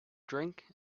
drink